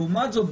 לעומת זאת,